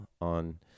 on